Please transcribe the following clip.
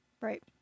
Right